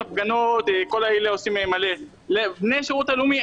כל מיני סוגים של שירות לאומי.